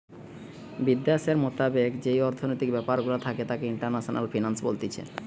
বিদ্যাশের মোতাবেক যেই অর্থনৈতিক ব্যাপার গুলা থাকে তাকে ইন্টারন্যাশনাল ফিন্যান্স বলতিছে